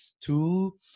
Two